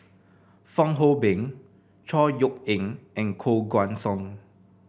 Fong Hoe Beng Chor Yeok Eng and Koh Guan Song